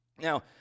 Now